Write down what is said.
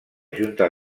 junta